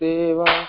Deva